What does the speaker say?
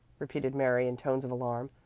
repeated mary in tones of alarm.